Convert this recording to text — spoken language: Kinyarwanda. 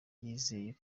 yizeye